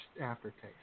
aftertaste